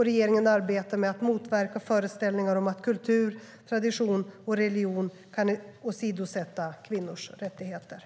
Regeringen arbetar med att motverka föreställningar om att kultur, tradition och religion kan åsidosätta kvinnors rättigheter.